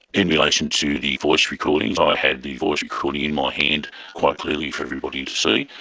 in relation to the voice recordings, i had the voice recorder in my hand quite clearly for everybody to see,